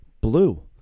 blue